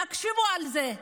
תקשיבו לזה.